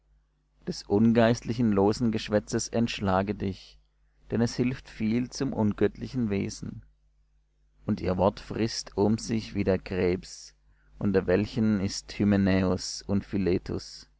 des ungeistlichen losen geschwätzes entschlage dich denn es hilft viel zum ungöttlichen wesen und ihr wort frißt um sich wie der krebs unter welchen ist hymenäus und